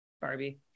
barbie